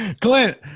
Clint